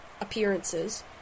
appearances